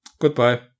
Goodbye